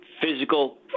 physical